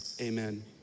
amen